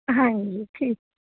ਹਾਂਜੀ ਠੀਕ ਐ